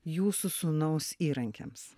jūsų sūnaus įrankiams